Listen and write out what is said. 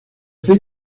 fait